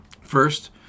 First